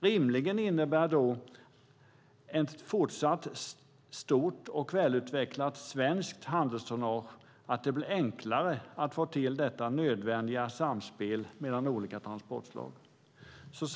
Rimligen innebär då ett fortsatt stort och välutvecklat svenskflaggat handelstonnage att det blir enklare att få till detta nödvändiga samspel mellan olika transportslag. Herr talman!